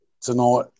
tonight